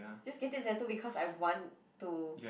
just getting a tattoo because I want to